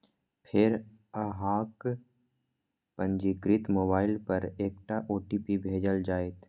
फेर अहांक पंजीकृत मोबाइल पर एकटा ओ.टी.पी भेजल जाएत